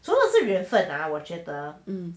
除了是缘分 ah 我觉得